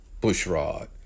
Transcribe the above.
Bushrod